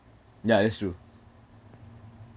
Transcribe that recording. ya that's true